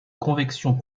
convection